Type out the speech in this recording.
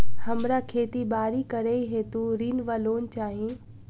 हमरा खेती बाड़ी करै हेतु ऋण वा लोन चाहि?